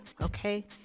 Okay